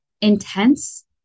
intense